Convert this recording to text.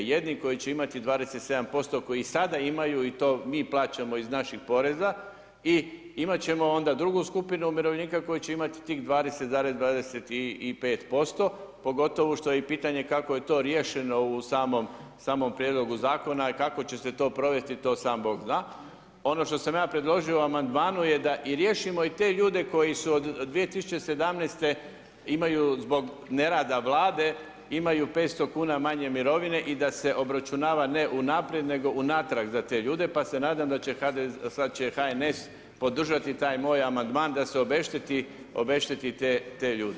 Jedni koji će imati 27%, koji sada imaju i to mi plaćamo iz naših poreza, i imat ćemo onda drugu skupinu umirovljenika koji će imati tih 20,25%, pogotovo što je i pitanje kako je to riješeno u samom prijedlogu Zakona i kako će se to provesti, to sam bog zna, ono što sam ja predložio u amandmanu je da i riješimo i te ljude koji su od 2017., imaju zbog nerada Vlade, imaju 500 kuna manje mirovine, i da se obračunava ne unaprijed, nego unatrag za te ljude, pa se nadam da će HNS podržati taj moj amandman da se obešteti te ljude.